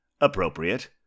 appropriate